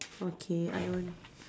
okay I on~